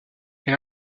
elle